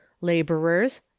laborers